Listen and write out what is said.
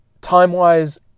time-wise